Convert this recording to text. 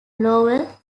lower